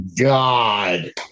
God